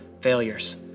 failures